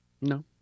No